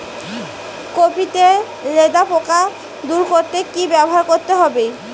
Copy তে লেদা পোকা দূর করতে কি ব্যবহার করতে হবে?